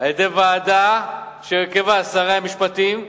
על-ידי ועדה שהרכבה שרי המשפטים,